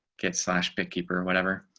get slash bookkeeper or whatever.